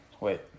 Wait